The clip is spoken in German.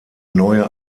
neue